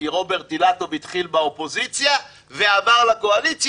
כי רוברט אילטוב התחיל באופוזיציה ועבר לקואליציה.